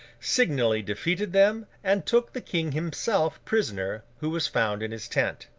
signally defeated them, and took the king himself prisoner, who was found in his tent.